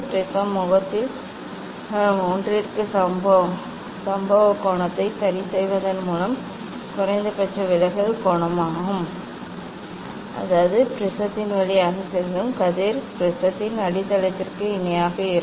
prism முகத்தில் ஒன்றிற்கு சம்பவ கோணத்தை சரிசெய்வதன் மூலம் குறைந்தபட்ச விலகல் கோணம் அடையப்படுகிறது அதாவது ப்ரிஸத்தின் வழியாக செல்லும் கதிர் ப்ரிஸின் அடித்தளத்திற்கு இணையாக இருக்கும்